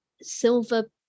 silver